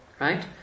Right